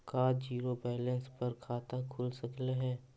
का zero balance पर खाता खुल सकले हे?